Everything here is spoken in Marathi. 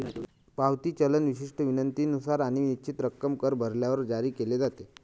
पावती चलन विशिष्ट विनंतीनुसार आणि निश्चित रक्कम कर भरल्यावर जारी केले जाते